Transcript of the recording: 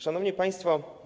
Szanowni Państwo!